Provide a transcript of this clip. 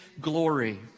glory